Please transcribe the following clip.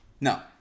No